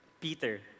Peter